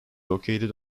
located